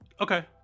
Okay